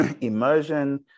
immersion